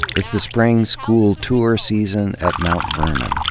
it's the spring, school tour season at mount vernon,